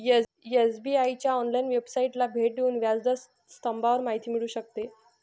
SBI च्या online वेबसाइटला भेट देऊन व्याज दर स्तंभावर माहिती मिळू शकते